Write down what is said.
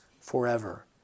forever